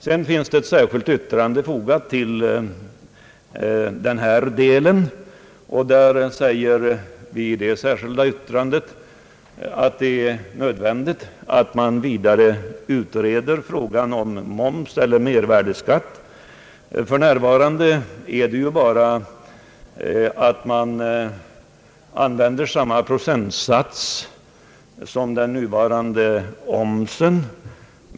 Det finns ett särskilt yttrande fogat till denna del, vari vi säger att det är nödvändigt att vidare utreda frågan om mervärdeskatt. Man skall använda samma procentsats som för den nuvarande omsättningsskatten.